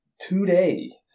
today